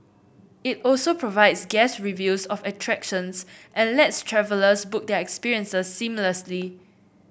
it also provides guest reviews of attractions and lets travellers book their experiences seamlessly